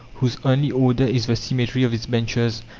whose only order is the symmetry of its benches,